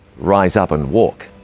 rise up and walk.